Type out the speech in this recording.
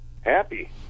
happy